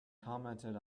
commented